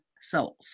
souls